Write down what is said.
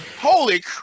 Holy